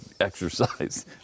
exercise